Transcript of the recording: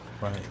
right